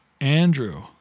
Andrew